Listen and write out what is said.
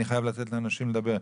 אני חייב לתת לאנשים לדבר.